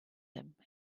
him